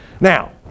Now